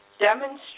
Demonstrate